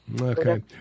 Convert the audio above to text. Okay